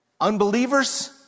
Unbelievers